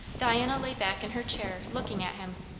diana lay back in her chair, looking at him.